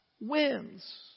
wins